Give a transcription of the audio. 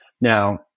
now